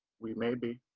we maybe.